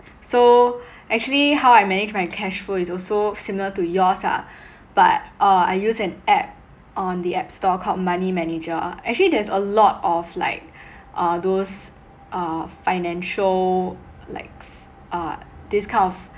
so actually how I manage my cash flow is also similar to yours ah but uh I use an app on the app store called money manager actually there's a lot of like uh those uh financial likes uh this kind of